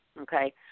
okay